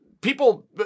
people